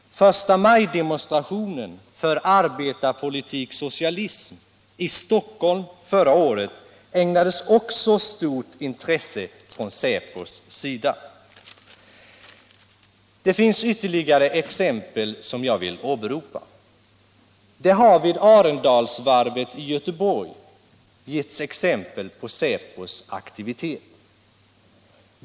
Förstamajdemonstrationen för arbetarpolitik-socialism i Stockholm förra året ägnades också stort intresse från säpos sida. Det finns ytterligare exempel som jag vill åberopa. Vid Arendalsvarvet i Göteborg har exempel givits på säpos aktivitet.